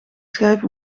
schijf